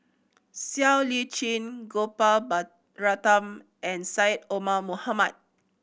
Siow Lee Chin Gopal Baratham and Syed Omar Mohamed